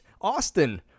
Austin